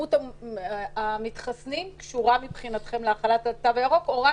כמות המתחסנים קשורה מבחינתכם להחלת התו הירוק --- כן,